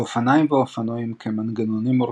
לאופניים ואופנועים, כמנגנונים מורכבים,